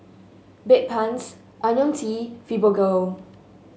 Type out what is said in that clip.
Bedpans IoniL T Fibogel